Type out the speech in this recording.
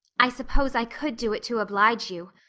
i suppose i could do it to oblige you,